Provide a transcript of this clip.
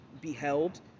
beheld